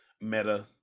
Meta